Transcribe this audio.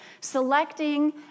selecting